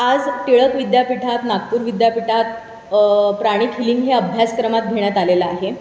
आज टिळक विद्यापीठात नागपूर विद्यापीठात प्राणिक हिलिंग हे अभ्यासक्रमात घेण्यात आलेलं आहे